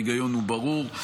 ההיגיון הוא ברור.